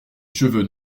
cheveux